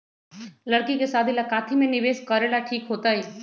लड़की के शादी ला काथी में निवेस करेला ठीक होतई?